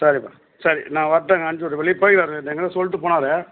சரிப்பா சரி நான் வரட்டும் அங்கே அனுப்பிச்சி வெளியே போயிருக்கார் என்கிட்ட சொல்லிடு போனார்